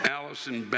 Allison